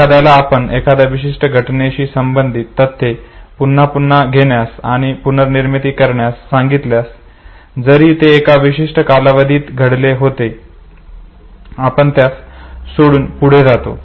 एखाद्याला आपण एखाद्या विशिष्ट घटनेशी संबंधित तथ्ये पुन्हा लक्षात घेण्यास आणि पुनर्निर्मिती करण्यास सांगितल्यास जरी ते एका विशिष्ट कालावधीत घडले होते आपण त्यास सोडून पुढे जातो